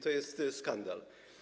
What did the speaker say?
To jest skandal.